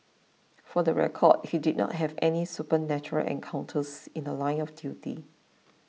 for the record he did not have any supernatural encounters in The Line of duty